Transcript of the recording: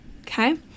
okay